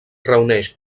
reuneix